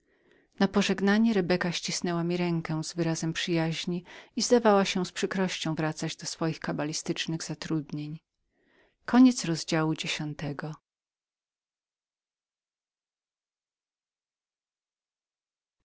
przeznaczenie żegnając rebeka ścisnęła mi rękę z wyrazem przyjaźni i zdawała się z przykrością wracać do swoich kabalistycznych zatrudnień